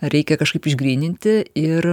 reikia kažkaip išgryninti ir